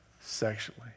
sexually